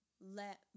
let